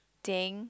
dang